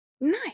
nice